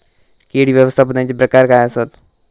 कीड व्यवस्थापनाचे प्रकार काय आसत?